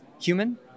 human